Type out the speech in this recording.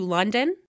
London